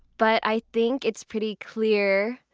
but i think it's pretty clear,